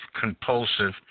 Compulsive